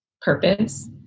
purpose